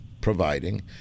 providing